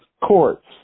courts